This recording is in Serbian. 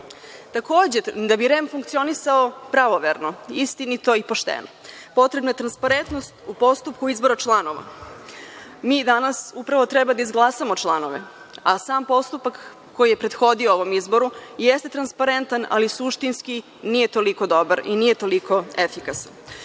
rade. Takođe, da bi REM funkcionisao pravoverno, istinito i pošteno, potrebna je transparentnost u postupku izbora članova. Mi danas upravo treba da izglasamo članove, a sam postupak koji je prethodio ovom izboru jeste transparentan, ali suštinski nije toliko dobar i nije toliko efikasan. Što